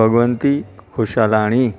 Bhagwanti Khushalani